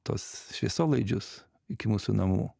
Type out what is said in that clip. tuos šviesolaidžius iki mūsų namų